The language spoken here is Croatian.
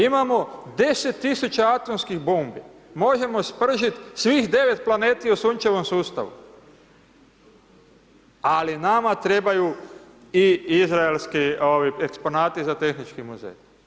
Imamo 10.000 atomskih bombi, možemo spržit svih 9 planeti u sunčevom sustavu, ali nama trebaju i Izraelski ovi eksponati za Tehnički muzej.